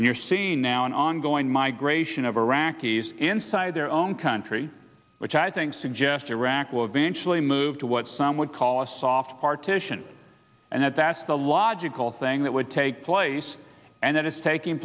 and you're seeing now an ongoing migration of iraqis inside their own country which i think suggest iraq will eventually move to what some would call a soft partition and that's the logical thing that would take place and that is taking